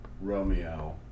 Romeo